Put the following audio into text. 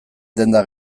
denda